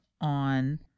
on